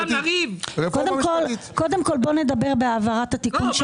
מה נעשה?